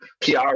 PR